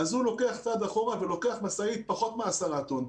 הוא לוקח צעד אחורה ולוקח משאית פחות מ-10 טון,